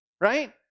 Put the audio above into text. right